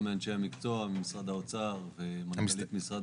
גם מאנשי המקצוע ומשרד האוצר ומנכ"לית משרד